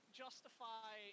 justify